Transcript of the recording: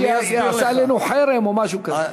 שיעשה עלינו חרם או משהו כזה.